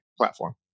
platform